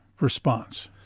response